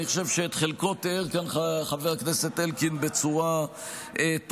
אני חושב שאת חלקו תיאר כאן חבר הכנסת אלקין בצורה טובה.